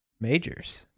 majors